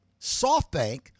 SoftBank